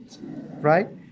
right